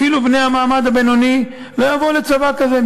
אפילו בני המעמד הבינוני לא יבואו לצבא כזה.